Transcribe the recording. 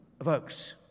evokes